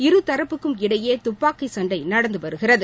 இருதரப்புக்கும் இடையே தப்பாக்கி சண்டை நடந்து வருகிறது